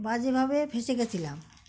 বাজে ভাবে ফেসে গেছিলাম